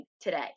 today